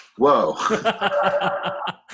Whoa